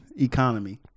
Economy